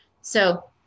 So-